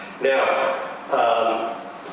Now